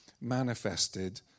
manifested